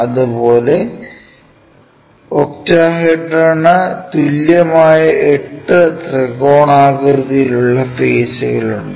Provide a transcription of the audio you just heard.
അതുപോലെ ഒക്ടാഹെഡ്രോണിനു തുല്യമായ എട്ട് ത്രികോണാകൃതിയിലുള്ള ഫെയ്സ്കൾ ഉണ്ട്